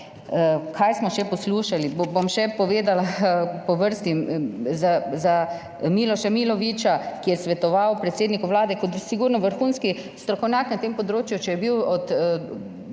Kaj smo še poslušali? Bom še povedala po vrsti. Za Miloša Milovića, ki je svetoval predsedniku vlade, kot sigurno vrhunski strokovnjak na tem področju, če je bil od dr.